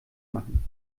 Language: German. machen